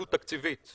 עלות תקציבית?